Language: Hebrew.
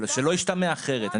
שלא ישתמע אחרת,